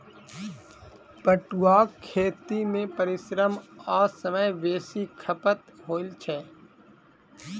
पटुआक खेती मे परिश्रम आ समय बेसी खपत होइत छै